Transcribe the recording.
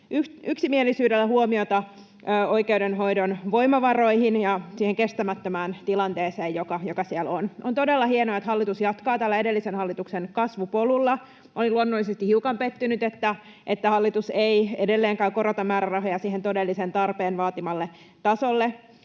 yksimielisyydellä huomiota oikeudenhoidon voimavaroihin ja siihen kestämättömään tilanteeseen, joka siellä on. On todella hienoa, että hallitus jatkaa tällä edellisen hallituksen kasvupolulla. Olin luonnollisesti hiukan pettynyt, että hallitus ei edelleenkään korota määrärahoja sille todellisen tarpeen vaatimalle tasolle.